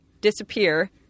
disappear